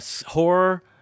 horror